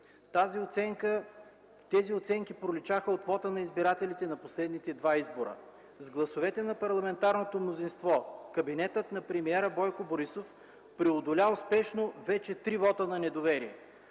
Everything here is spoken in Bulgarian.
Тези оценки проличаха от вота на избирателите на последните два избора. С гласовете на парламентарното мнозинство кабинетът на премиера Бойко Борисов преодоля успешно вече три вота на недоверие.